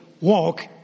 walk